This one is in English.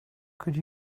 could